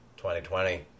2020